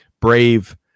brave